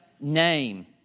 name